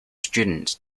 students